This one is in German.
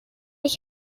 ich